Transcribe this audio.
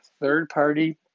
third-party